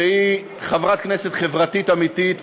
שהיא חברת כנסת חברתית אמיתית,